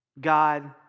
God